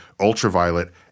ultraviolet